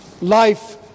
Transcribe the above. Life